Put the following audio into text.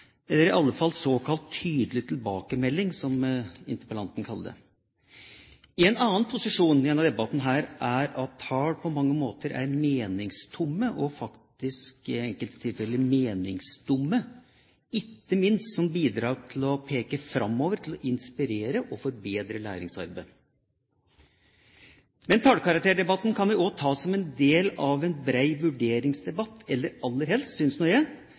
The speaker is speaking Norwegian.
i alle fall såkalt «tydelig tilbakemelding», som interpellanten kaller det. En annen posisjon i denne debatten er at tall på mange måter er meningstomme og faktisk i enkelte tilfeller meningsdumme – ikke minst som bidrag til å peke framover, til å inspirere og forbedre læringsarbeid. Tallkarakterdebatten kan vi også ta som en del av en bred vurderingsdebatt, eller aller helst, synes nå jeg, som en del av den store læringsdebatten. Jeg